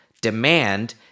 demand